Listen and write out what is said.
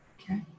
okay